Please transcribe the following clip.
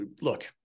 look